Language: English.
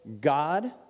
God